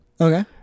Okay